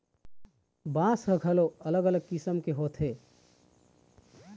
बांस ह घलोक अलग अलग किसम के होथे